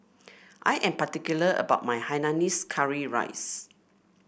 I am particular about my Hainanese Curry Rice